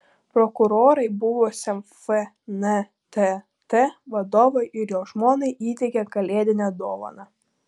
prokurorai buvusiam fntt vadovui ir jo žmonai įteikė kalėdinę dovaną